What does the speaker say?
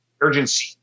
urgency